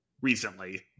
Recently